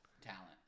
talent